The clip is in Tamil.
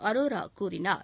அரோரா கூறினார்